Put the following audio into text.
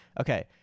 Okay